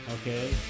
Okay